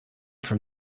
from